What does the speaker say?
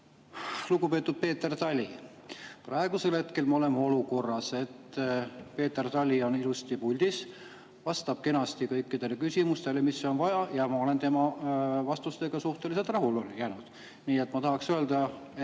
lugupeetud Peeter Tali. Praegusel hetkel me oleme olukorras, et Peeter Tali on ilusti puldis, vastab kenasti kõikidele küsimustele, nagu on vaja, ja ma olen tema vastustega suhteliselt rahule jäänud. Nii et ma tahaks öelda,